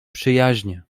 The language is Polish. przyjaźnie